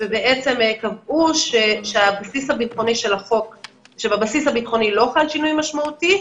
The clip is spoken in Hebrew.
ובעצם קבעו שבבסיס הביטחוני של החוק לא חל שינוי משמעותי,